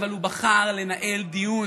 אבל הוא בחר לנהל דיון,